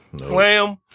Slam